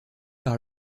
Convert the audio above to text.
par